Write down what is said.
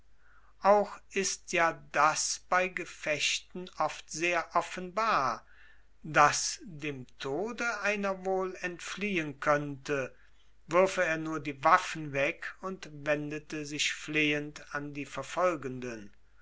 auch ist ja das bei gefechten oft sehr offenbar daß dem tode einer wohl entfliehen könnte würfe er nur die waffen weg und wendete sich flehend an die verfolgenden